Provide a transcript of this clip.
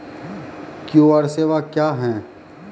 QR सेवा क्या हैं?